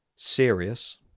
serious